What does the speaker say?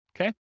Okay